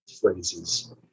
phrases